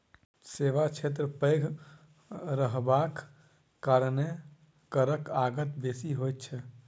सेवा क्षेत्र पैघ रहबाक कारणेँ करक आगत बेसी होइत छै